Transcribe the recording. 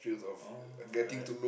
oh I